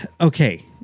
okay